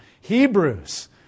Hebrews